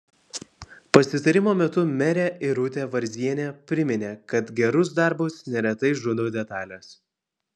pasitarimo metu merė irutė varzienė priminė kad gerus darbus neretai žudo detalės